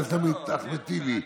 חבר הכנסת אחמד טיבי,